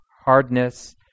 hardness